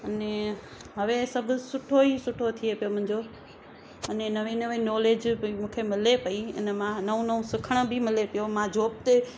अने अवे सभु सुठो ई सुठो थिए पियो मुंहिंजो अने नवे नवे नॉलेज भई मूंखे मिले पई इन में मां नओ नओ सिखण बि मिले पियो मां जॉब ते